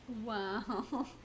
Wow